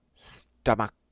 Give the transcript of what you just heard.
stomach